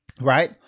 right